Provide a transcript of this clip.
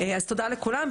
אז תודה לכולם.